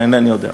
אבל אינני יודע.